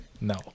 No